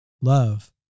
love